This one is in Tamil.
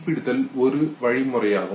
மதிப்பிடுதல் ஒரு வழிமுறையாகும்